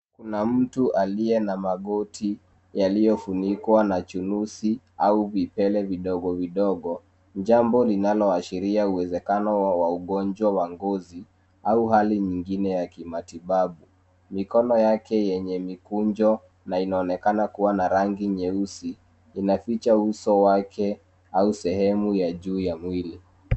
Kuna mtu aliye na magoti yaliyo funikwa na chunusi au vipele vidogo vidogo, jambo linaloashiria uwezekano wa ugonjwa wa ngozi au hali nyingine ya kimatibabu. Mikono yake yenye mikunjo na inaonekana kuwa na rangi nyeusi, inaficha uso wake au sehemu ya juu ya mwili.